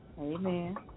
Amen